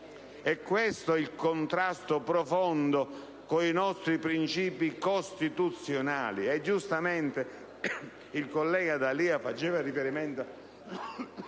È questo il contrasto profondo con i nostri principi costituzionali,